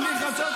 בזה אתה מתגאה?